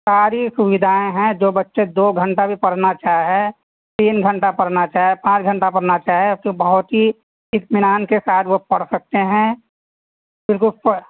ساری سویدھائیں ہیں جو بچے دو گھنٹہ بھی پڑھنا چاہےتین گھنٹہ پڑھنا چاہیں پانچ گھنٹہ پڑھنا چاہیں بہت ہی اطمینان کے ساتھ وہ پڑھ سکتے ہیں